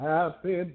Happy